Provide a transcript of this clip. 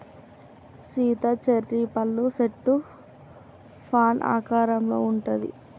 Sita cherry పళ్ళ సెట్టు fan ఆకారంలో ఉంటది